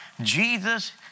Jesus